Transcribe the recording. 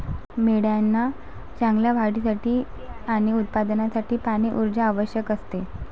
मेंढ्यांना चांगल्या वाढीसाठी आणि उत्पादनासाठी पाणी, ऊर्जा आवश्यक असते